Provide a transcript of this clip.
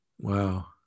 Wow